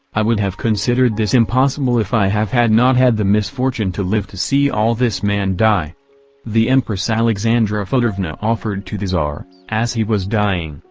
i would have considered this impossible if i have had not had the misfortune to live to see all this man die the empress alexandra feodorevna offered to the tsar, as he was dying,